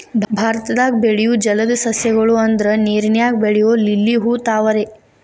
ಭಾರತದಾಗ ಬೆಳಿಯು ಜಲದ ಸಸ್ಯ ಗಳು ಅಂದ್ರ ನೇರಿನಾಗ ಬೆಳಿಯು ಲಿಲ್ಲಿ ಹೂ, ತಾವರೆ